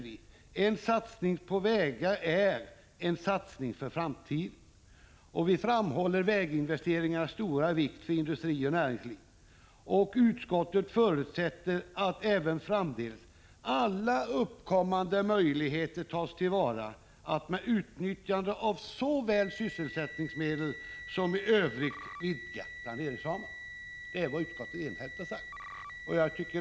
En satsning på vägar är ——— en satsning på framtiden.” Vi framhåller vidare väginvesteringarnas stora vikt för industri och näringsliv. Utskottet förutsätter ”att även framdeles alla uppkommande möjligheter tas till vara att med utnyttjande av såväl sysselsättningsmedel som i övrigt vidga planeringsramarna”. Detta är vad utskottet enhälligt har sagt.